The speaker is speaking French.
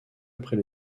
après